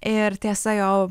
ir tiesa jau